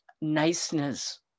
niceness